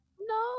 No